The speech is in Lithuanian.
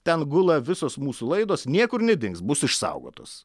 ten gula visos mūsų laidos niekur nedings bus išsaugotos